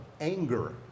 anger